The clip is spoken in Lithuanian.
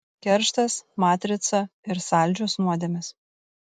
kerštas matrica ir saldžios nuodėmės